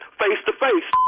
face-to-face